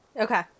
Okay